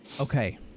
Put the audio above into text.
Okay